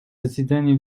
заседание